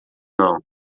não